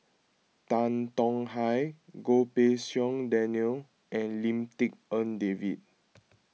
Tan Tong Hye Goh Pei Siong Daniel and Lim Tik En David